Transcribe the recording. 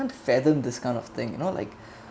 fathom this kind of thing you know like